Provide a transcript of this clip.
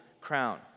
crown